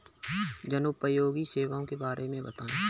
जनोपयोगी सेवाओं के बारे में बताएँ?